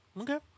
Okay